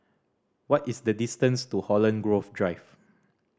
what is the distance to Holland Grove Drive